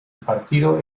partido